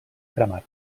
cremar